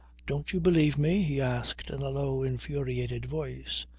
don't you believe me? he asked in a low, infuriated voice.